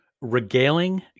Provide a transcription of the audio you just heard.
Regaling